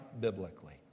biblically